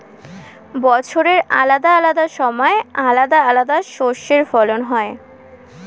বছরের আলাদা আলাদা সময় আলাদা আলাদা শস্যের ফলন হয়